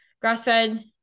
grass-fed